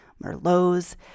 Merlots